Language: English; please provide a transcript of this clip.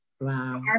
wow